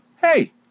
hey